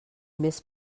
mes